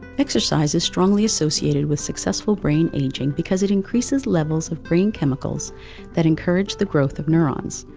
exercise is strongly associated with successful brain aging because it increases levels of brain chemicals that encourage the growth of neurons,